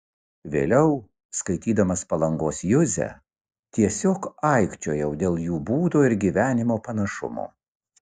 vėliau skaitydamas palangos juzę tiesiog aikčiojau dėl jų būdo ir gyvenimo panašumo